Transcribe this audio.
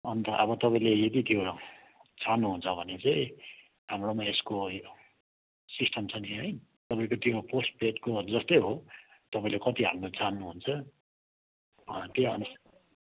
अनि त तपाईँले यदि त्यो चाहनुहुन्छ भने चाहिँ हाम्रोमा यसको यो सिस्टम छ नि है तपाईँको त्यो पोस्टपेडको जस्तै हो तपाईँले कति हाल्न चाहनुहुन्छ त्यहीअनुसार